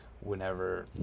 whenever